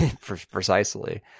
Precisely